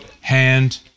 hand